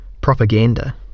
propaganda